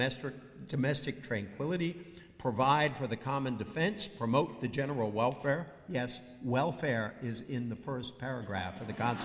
domestic domestic tranquility provide for the common defense promote the general welfare yes welfare is in the first paragraph of the gods